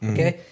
Okay